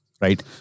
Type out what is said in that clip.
right